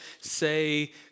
say